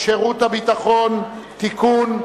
שירות ביטחון (תיקון,